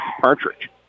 Partridge